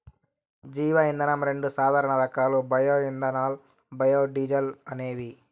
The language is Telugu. జీవ ఇంధనం రెండు సాధారణ రకాలు బయో ఇథనాల్, బయోడీజల్ అనేవి